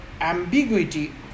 ambiguity